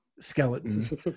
skeleton